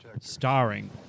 starring